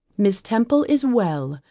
miss temple is well,